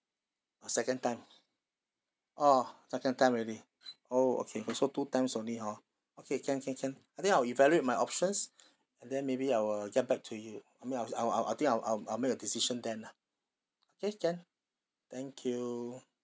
uh second time orh second time already oh okay also two times only hor okay can can can I think I'll evaluate my options and then maybe I will get back to you I mean I'll I'll I think I'll I'll I'll make a decision then lah okay can thank you